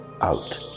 out